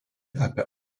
apie